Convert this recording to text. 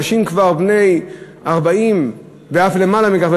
אנשים בני 40 ואף למעלה מכך,